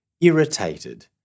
irritated